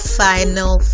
final